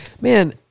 man